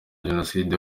jenoside